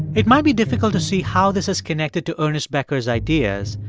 it might be difficult to see how this is connected to ernest becker's ideas,